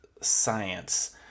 science